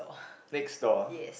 next door